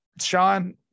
sean